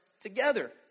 together